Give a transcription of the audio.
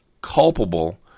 culpable